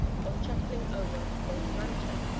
or chuckling over old brantome.